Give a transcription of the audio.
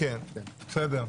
תודה.